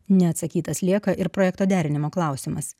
neatsakytas lieka ir projekto derinimo klausimas